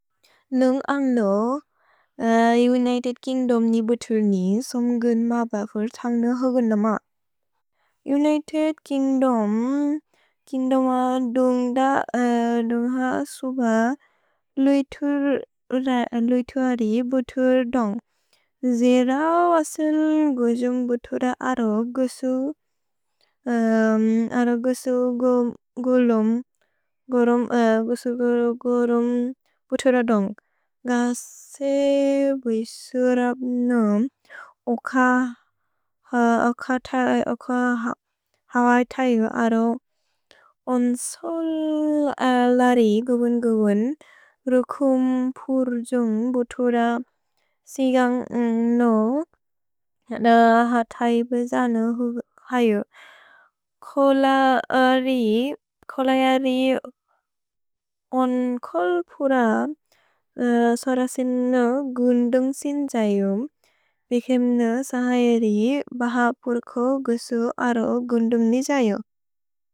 ल्न्ग् अन्ग् ल् United Kingdom नि बुतुर् नि सोम् ग्न् मपफुर् थन्ग् न् ह्ग्न् नमक्। उनितेद् किन्ग्दोम्, किन्ग्दोम द्द, द्ह स्ब, ल्ज्तुअ रि बुतुर् द्। जेर वसिल् ग्ज्न्ग् बुतुर्र अरो ग्स् ग्र्म् बुतुर्र द्। गसे बुइसुरप् न् ओ क हवै तैउ अरो। ओन्सुल् अलरि ग्ब्न् ग्ब्न् रुकुम् पुर्र्न्ग् बुतुर्र सिगन्ग् न्। कोल अरि, कोल अरि ओन् कोल् पुर्र स्र सिन् न् ग्न्द् सिन् जयु। पिकेम् न् सहजरि बहपुर्को ग्स् अरो ग्न्द् नि जयु।